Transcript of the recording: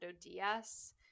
DS